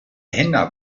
händler